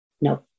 No